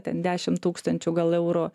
ten dešimt tūkstančių gal eurų